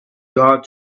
got